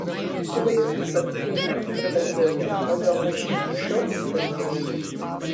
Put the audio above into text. akivaizdu kad bruno pralaimėjo o jo mažytis šou baigėsi